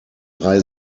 drei